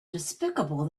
despicable